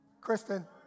Kristen